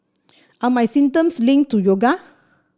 are my symptoms linked to yoga